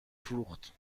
فروخت